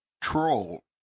Troll